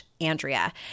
Andrea